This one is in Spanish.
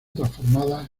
transformadas